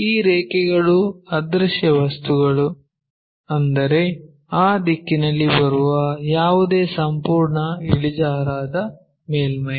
ಈ ರೇಖೆಗಳು ಅದೃಶ್ಯ ವಸ್ತುಗಳು ಅಂದರೆ ಆ ದಿಕ್ಕಿನಲ್ಲಿ ಬರುವ ಯಾವುದೇ ಸಂಪೂರ್ಣ ಇಳಿಜಾರಾದ ಮೇಲ್ಮೈ